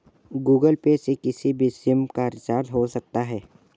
Google Pay से किसी भी सिम का रिचार्ज हो सकता है